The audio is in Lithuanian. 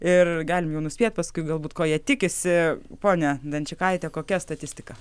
ir galim jau nuspėt paskui galbūt ko jie tikisi ponia dunčikaite kokia statistika